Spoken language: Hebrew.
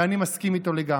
ואני מסכים איתו לגמרי.